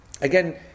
Again